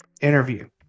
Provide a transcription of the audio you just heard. Interview